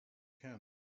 can